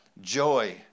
Joy